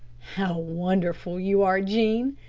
how wonderful you are, jean,